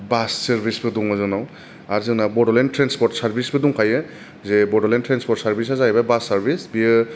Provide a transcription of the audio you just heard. बास सारभिसबो दङ जोंनाव आर जोंना बडलेण्ड ट्रानसपट सारभिसबो दंखायो जे बड'लेण्ड ट्रानस सारभिसआ जाहैबाय बास सारभिस बियो